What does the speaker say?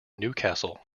newcastle